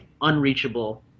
unreachable